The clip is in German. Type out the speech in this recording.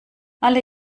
alle